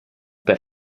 per